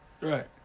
Right